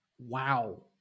Wow